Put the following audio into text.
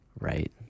right